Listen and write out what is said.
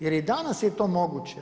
Jer i danas je to moguće.